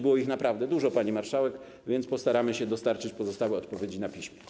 Było ich naprawdę dużo, pani marszałek, więc postaramy się dostarczyć pozostałe odpowiedzi na piśmie.